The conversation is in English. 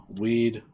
weed